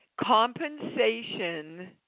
Compensation